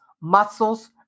muscles